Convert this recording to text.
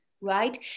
right